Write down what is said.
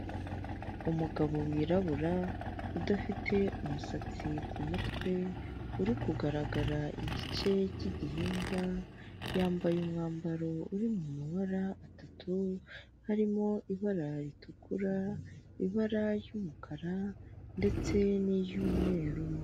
Umugabo wirabura, udafite umusatsi ku mutwe, uri kugaragara igice cy'igihimba, yambaye umwambaro uri mu mabara atatu, harimo ibara ritukura, ibara ry'umukara, ndetse n'iry'umweru.